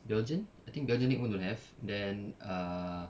belgian I think belgian league don't have then err